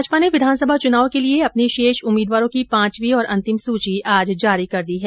भाजपा ने विधानसभा चुनाव के लिये अपने शेष उम्मीदवारों की पांचवी और अंतिम सूची आज जारी कर दी है